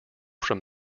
from